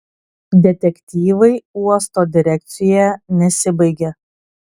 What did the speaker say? detektyvai uosto direkcijoje nesibaigia